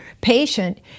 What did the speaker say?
patient